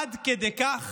עד כדי כך